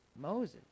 Moses